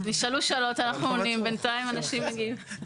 נשאלו שאלות, אנחנו עונים, בינתיים אנשים מגיעים.